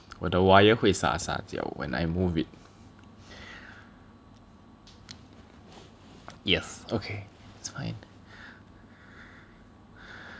我的 wire 会撒撒娇 when I move it yes okay it's fine